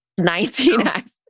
19X